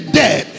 dead